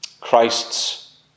Christ's